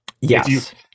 Yes